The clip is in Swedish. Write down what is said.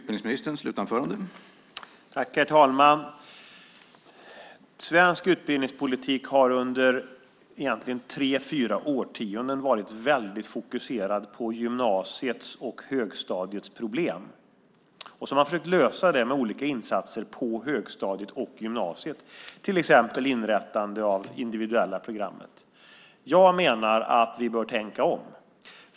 Herr talman! Svensk utbildningspolitik har under egentligen tre fyra årtionden varit väldigt fokuserad på gymnasiets och högstadiet problem. Man har försökt att lösa det med olika insatser på högstadiet och gymnasiet, till exempel med inrättandet av det individuella programmet. Jag menar att vi bör tänka om.